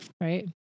Right